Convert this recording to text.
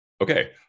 Okay